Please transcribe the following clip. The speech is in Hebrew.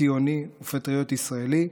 ציוני ופטריוט ישראלי,